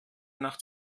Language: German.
nach